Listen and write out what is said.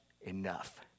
enough